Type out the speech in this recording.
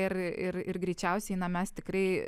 ir ir ir greičiausiai na mes tikrai